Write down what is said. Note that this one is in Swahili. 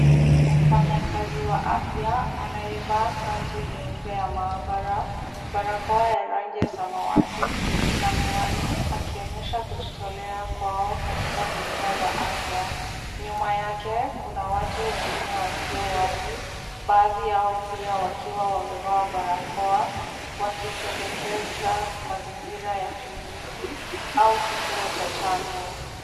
Mfanyakazi wa afya anayevaa kanzu nyeupe ya maaabara, barakoa ya rangi ya samawati na miwani akionyesha kujitolea kwao katika huduma za afya. Nyuma yake kuna watu wengine wasio wazi baadhi yao pia wakiwa wamevaa barakoa wakipendekeza mazingira ya kliniki au kituo cha chanjo.